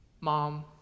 mom